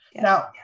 now